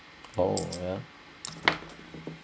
oh ya